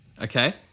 Okay